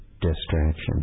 distraction